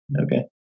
Okay